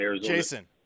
Jason